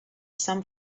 some